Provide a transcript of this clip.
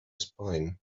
spine